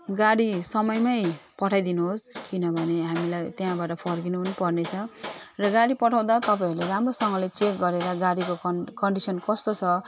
गाडी समयमै पठाइदिनुहोस् किनभने हामीलाई त्यहाँबाट फर्किनु पनि पर्ने छ र गाडी पठाउँदा तपाईँहरूले राम्रोसँगले चेक गरेर गाडीको कन कन्डिसन कस्तो छ